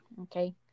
Okay